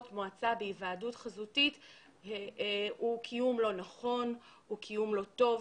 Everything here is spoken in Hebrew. מועצה בהיוועדות חזותית הוא קיום לא נכון והוא קיום לא טוב.